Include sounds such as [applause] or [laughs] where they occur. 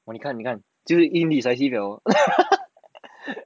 !wah! 你看你看就是 indecisive liao lor [laughs]